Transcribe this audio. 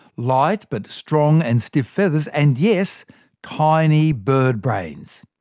light but strong and stiff feathers, and yes tiny bird brains.